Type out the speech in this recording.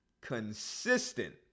consistent